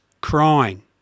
crying